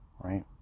Right